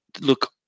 look